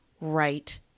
right